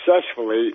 successfully